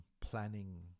planning